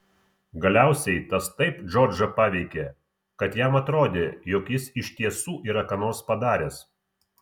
galiausiai tas taip džordžą paveikė kad jam atrodė jog jis iš tiesų yra ką nors padaręs